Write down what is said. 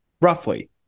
roughly